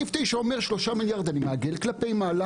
סעיף 9 אומר: 3 מיליארד אני מעגל כלפי מעלה